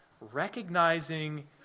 recognizing